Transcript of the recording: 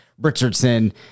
Richardson